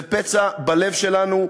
זה פצע בלב שלנו,